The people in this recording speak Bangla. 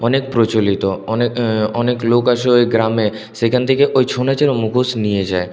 অনেক প্রচলিত অনেক অনেক লোক আসে ওই গ্রামে সেইখান থেকে ওই ছৌ নাচের মুখোশ নিয়ে যায়